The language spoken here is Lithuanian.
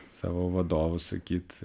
savo vadovus sakyt